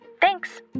Thanks